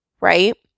right